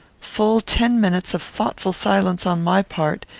full ten minutes of thoughtful silence on my part,